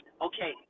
Okay